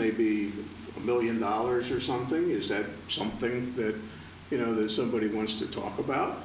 may be a million dollars or something you said something that you know that somebody wants to talk about